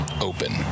open